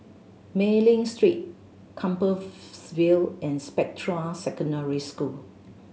Mei Ling Street Compassvale and Spectra Secondary School